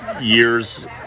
years